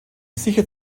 sicher